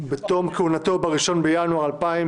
כי בתום כהונתו ב-1 בינואר 2021,